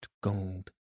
gold